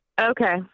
Okay